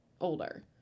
older